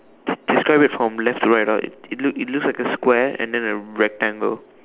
describe it from left to right ah it it it looks like a square and then a rectangle